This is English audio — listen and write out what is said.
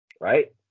right